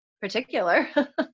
particular